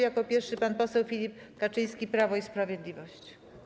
Jako pierwszy pan poseł Filip Kaczyński, Prawo i Sprawiedliwość.